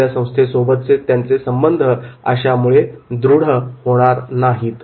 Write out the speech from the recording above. आपल्या संस्थेसोबतचे त्याचे संबंध दृढ होणार नाहीत